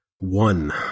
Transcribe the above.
One